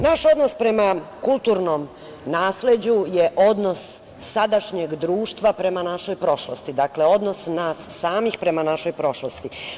Nažalost, prema kulturnom nasleđu je odnos sadašnjeg društva prema našoj prošlosti, dakle – odnos nas samih prema našoj prošlosti.